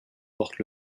porte